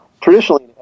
traditionally